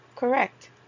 Correct